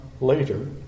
later